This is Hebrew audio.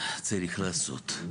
צריך לעשות.